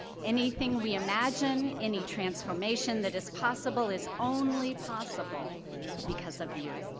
anything we imagine, any transformation that is possible is only possible because of you.